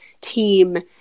team